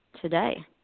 today